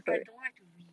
I don't like to read